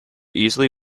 easily